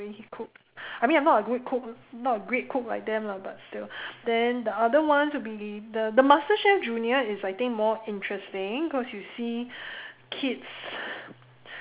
the way he cooks I mean I'm not a great cook I'm not a great cook like them lah but still then the other ones would be the the masterchef junior is I think more interesting cause you see kids